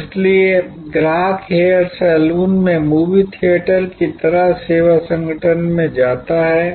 इसलिए ग्राहक hair salon में मूवी थियेटर की तरह सेवा संगठन में जाता है